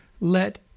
let